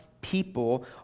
people